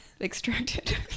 extracted